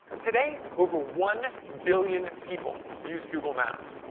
today over one billion people use google maps.